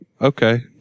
okay